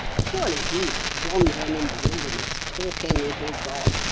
surely he, wandering in the wilderness, talking with his god,